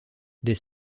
des